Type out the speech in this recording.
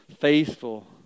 faithful